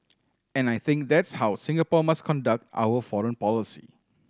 and I think that's how Singapore must conduct our foreign policy